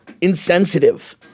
insensitive